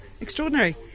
Extraordinary